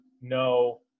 no